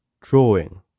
drawing